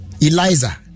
Eliza